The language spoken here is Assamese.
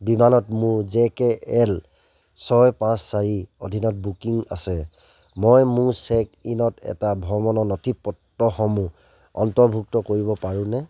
বিমানত মোৰ জে কে এল ছয় পাঁচ চাৰিৰ অধীনত বুকিং আছে মই মোৰ চেক ইনত এটা ভ্ৰমণৰ নথিপত্ৰসমূহ অন্তৰ্ভুক্ত কৰিব পাৰোঁনে